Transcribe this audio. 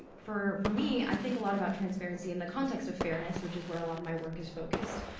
for for me, i think a lot about transparency and the context of fairness, which is where a lot of the my work is focused,